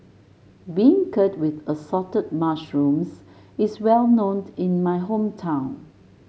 beancurd with Assorted Mushrooms is well known in my hometown